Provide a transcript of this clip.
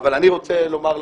אני לא יודע מה